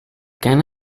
can